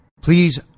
Please